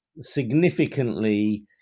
significantly